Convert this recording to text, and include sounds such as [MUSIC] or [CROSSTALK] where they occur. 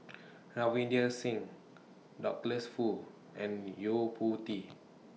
[NOISE] Ravinder Singh Douglas Foo and Yo Po Tee